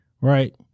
right